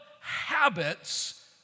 habits